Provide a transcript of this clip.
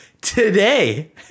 today